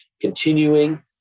continuing